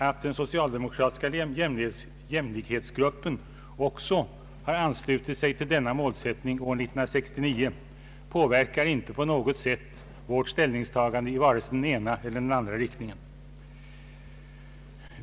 Att den socialdemokratiska jämlikhetsgruppen 1969 också anslöt sig till den påverkar inte på något sätt vårt ställningstagande i vare sig den ena eller andra riktningen.